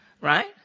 right